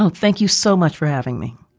and thank you so much for having me.